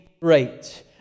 great